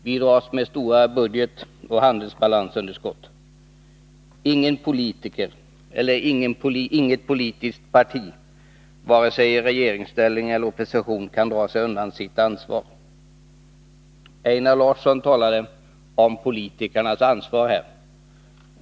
Vi dras med stora budgetoch handelsbalansunderskott. Ingen politiker och inget politiskt parti, vare sig i regeringsställning eller i opposition, kan dra sig undan sitt ansvar. Einar Larsson talade om politikerns ansvar.